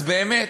אז באמת,